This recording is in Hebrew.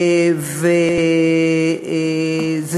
וזה